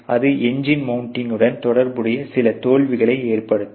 அது எஞ்சின் மௌண்டிங்னுடன் தொடர்புடைய சில தோல்விகளை ஏற்படுத்தும்